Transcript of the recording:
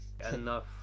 Enough